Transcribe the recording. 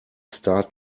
start